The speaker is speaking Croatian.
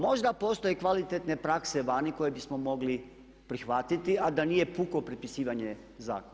Možda postoje kvalitetne prakse vani koje bismo mogli prihvatiti, a da nije puko prepisivanje zakona.